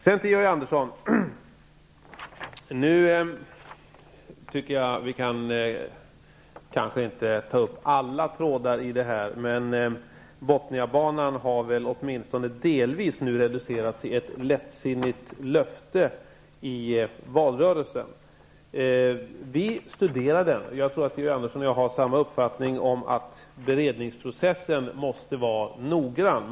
Till Georg Andersson vill jag säga att vi kanske inte kan ta upp alla trådar i den här diskussionen, men Bothniabanan har väl åtminstone delvis reducerats till ett lättsinnigt löfte under valrörelsen. Vi studerar frågan, och jag tror att Georg Andersson och jag har samma uppfattning om att det måste vara en noggrann beredningsprocess.